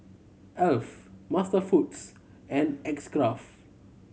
Alf MasterFoods and X Craft